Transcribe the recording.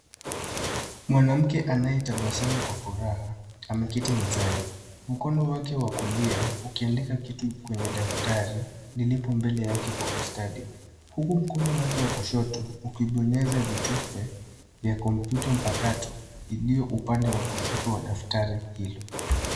Mwanamke anayetabasamu kwa furaha ameketi mezani . Mkono wake wakulia ukiandika kitu kwenye daftari lilipo mbele yake kwa ustadi huku mkono wake wa kushoto ukibonyeza vitufe kompyuta mpakato ilio upande wa kustoto wa daftari hiyo.